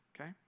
okay